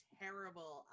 terrible